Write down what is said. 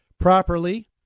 properly